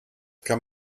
kann